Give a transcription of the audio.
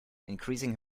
increasing